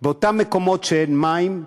באותם מקומות שאין מים,